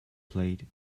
plate